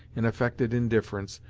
in affected indifference,